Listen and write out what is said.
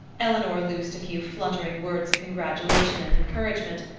eleanor loosed a few fluttering words of congratulation and encouragement,